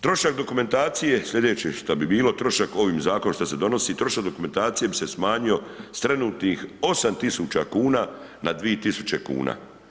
Trošak dokumentacije slijedeće šta t bilo, trošak ovim zakonom što se donosi, trošak dokumentacije bi se smanjio s trenutnih 8000 kuna na 2000 kuna.